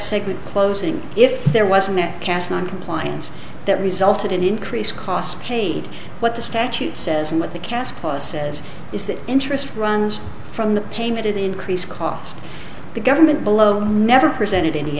segment closing if there was a net cash noncompliance that resulted in increased costs paid what the statute says and what the cast clause says is that interest runs from the payment of the increased cost the government below never presented any